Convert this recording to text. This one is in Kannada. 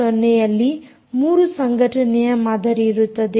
0 ಯಲ್ಲಿ 3 ಸಂಘಟನೆಯ ಮಾದರಿಯಿರುತ್ತದೆ